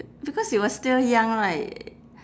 because you are still young right